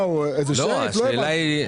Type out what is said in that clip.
לא הבנתי.